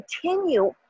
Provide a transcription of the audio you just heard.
continue